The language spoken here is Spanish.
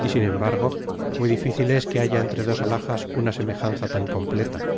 y sin embargo muy dificil es que haya entre dos alhajas una semejanza tan completa